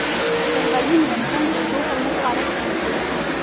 जलवायु नियंत्रण के दो प्रमुख कारक कौन से हैं?